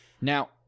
Now